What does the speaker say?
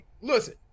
listen